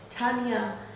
Tanya